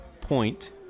point